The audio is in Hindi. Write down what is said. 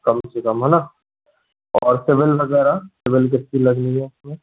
कम से कम है ना और सिबिल वगैरह सिबिल कितनी लग रही है इसमें